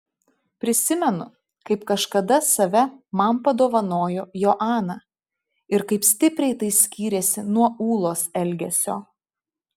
prisimenu kaip kažkada save man padovanojo joana ir kaip stipriai tai skyrėsi nuo ūlos elgesio